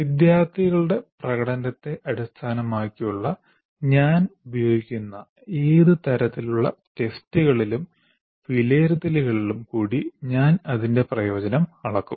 വിദ്യാർത്ഥികളുടെ പ്രകടനത്തെ അടിസ്ഥാനമാക്കിയുള്ള ഞാൻ ഉപയോഗിക്കുന്ന ഏത് തരത്തിലുള്ള ടെസ്റ്റുകളിലും വിലയിരുത്തലുകളിലും കൂടി ഞാൻ അതിന്റെ പ്രയോജനം അളക്കും